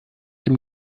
dem